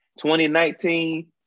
2019